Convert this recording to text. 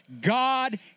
God